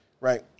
Right